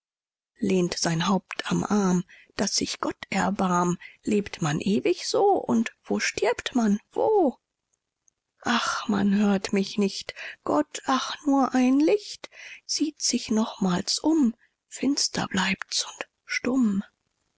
lehnt sein haupt am arm daß sich gott erbarm lebt man ewig so und wo stirbt man wo ach man hört mich nicht gott ach nur ein licht sieht sich nochmals um finster bleibt's und stumm